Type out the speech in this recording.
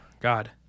God